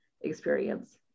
experience